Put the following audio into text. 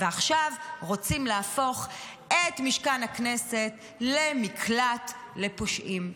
ועכשיו רוצים להפוך את משכן הכנסת למקלט לפושעים.